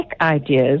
ideas